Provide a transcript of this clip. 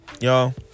Y'all